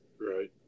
Right